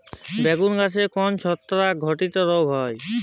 বেগুন গাছে কোন ছত্রাক ঘটিত রোগ হয়?